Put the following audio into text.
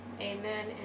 amen